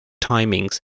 timings